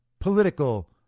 political